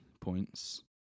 points